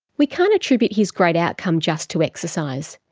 we can't attribute his great outcome just to exercise.